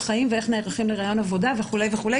חיים ואיך נערכים לריאיון עבודה וכו' וכו',